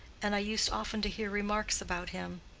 and i used often to hear remarks about him.